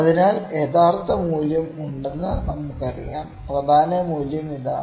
അതിനാൽ യഥാർത്ഥ മൂല്യം ഉണ്ടെന്ന് നമുക്കറിയാം പ്രധാന മൂല്യം ഇതാണ്